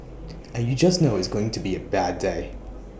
and you just know it's going to be A bad day